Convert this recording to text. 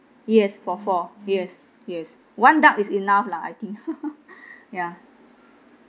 yes for four yes yes one duck is enough lah I think ya